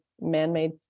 man-made